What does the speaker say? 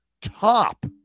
top